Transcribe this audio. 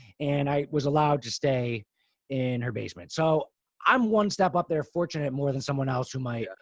and i was allowed to stay in her basement. so i'm one step up. they're fortunate more than someone else who might,